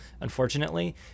unfortunately